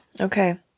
Okay